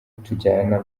tujyana